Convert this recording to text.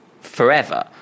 forever